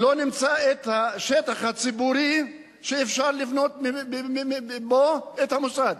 לא נמצא את השטח הציבורי שאפשר לבנות בו את המוסד,